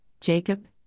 Jacob